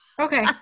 Okay